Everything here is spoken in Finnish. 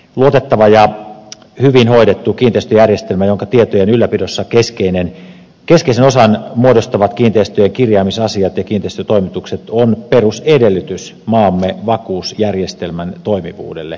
luotettava ja hyvin hoidettu kiinteistöjärjestelmä jonka tietojen ylläpidossa keskeisen osan muodostavat kiinteistöjen kirjaamisasiat ja kiinteistötoimitukset on perusedellytys maamme vakuusjärjestelmän toimivuudelle